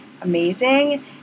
amazing